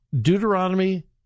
Deuteronomy